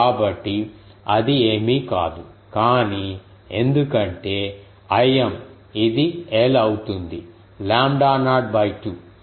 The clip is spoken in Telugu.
కాబట్టి అది ఏమీ కాదు కానీ ఎందుకంటే Im ఇది l అవుతుంది లాంబ్డా నాట్ 2